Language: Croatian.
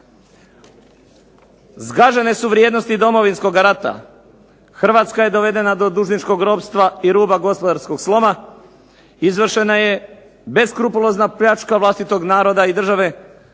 Zgažene su vrijednosti Domovinskoga rata, Hrvatska je dovedena do dužničkog ropstva i ruba gospodarskog sloma, izvršena je beskrupulozna pljačka vlastitog naroda i države,